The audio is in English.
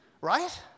Right